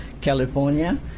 California